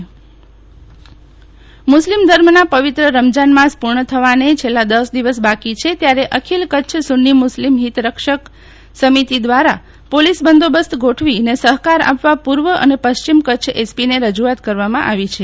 શીતલ વૈશ્વવ રમજાન માસ મુસ્લિમ ધર્મના પવિત્ર રમજાન માસ પુર્ણ થવાને છેલ્લા દસ દિવસ બાકી છે ત્યારે અખિલ કચ્છ સુન્ની મુસ્લિમ હિતરક્ષક સમિતિ દ્વારા પોલીસ બંદોબસ્ત ગોઠવી ને સહકાર આપવા પૂર્વ અને પશ્ચિમ કચ્છ એસપીને રજૂઆત કરવામાં આવી છે